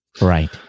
Right